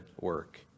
work